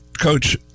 Coach